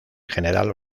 general